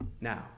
now